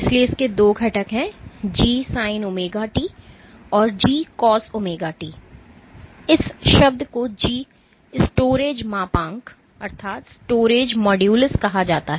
इसलिए इसके दो घटक हैं G Sin ωt और G Cos ωt इस शब्द को G storage मापांक कहा जाता है